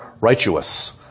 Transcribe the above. righteous